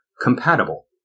compatible